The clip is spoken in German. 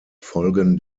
folgen